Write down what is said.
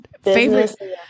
Favorite